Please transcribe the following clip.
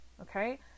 Okay